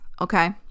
Okay